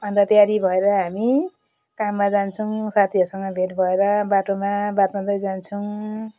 अन्त तयारी भएर हामी काममा जान्छौँ साथीहरूसँग भेट भएर बाटोमा बात मार्दै जान्छौँ